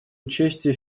участие